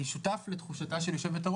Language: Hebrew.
אני שותף לתחושתה של יושבת-הראש,